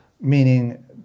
meaning